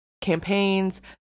campaigns